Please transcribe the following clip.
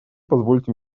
позвольте